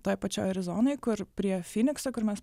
toj pačioj arizonoj kur prie finikso kur mes